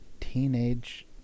teenage